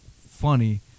funny